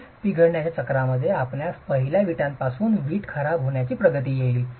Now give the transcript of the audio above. freeze पिघळण्याच्या चक्रामध्ये आपणास पहिल्या दिवसापासून वीट खराब होण्याची प्रगती होईल